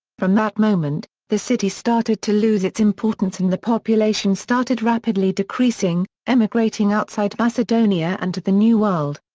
from that moment, the city started to lose its importance and the population started rapidly decreasing, emigrating outside macedonia and to the new world.